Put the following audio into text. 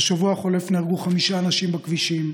בשבוע החולף נהרגו חמישה אנשים בכבישים.